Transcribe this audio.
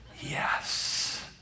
yes